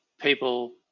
people